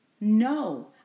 No